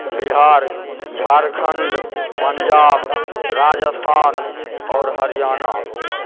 बिहार झारखण्ड पञ्जाब राजस्थान आओर हरियाणा